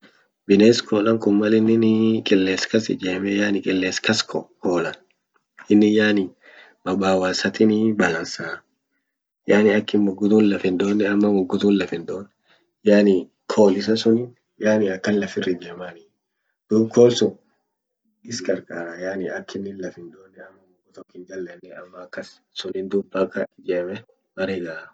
Bines kolan kun mal ininii qiles kas ijeme yani qiles kas ko kolan inin yani mabawa isatini balance yani akin muggu tun lafin doone ama muggu tun lafin doon yani kol isa sunii yani akan lafir ijemani duub kol sun is qar qaraa yani akini lafin doon ama mugu tok hinjallen ama akas sunin dub ijeme bere gaa.